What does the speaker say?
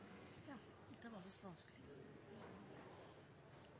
Ja, det kan hende. Det